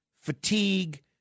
fatigue